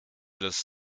des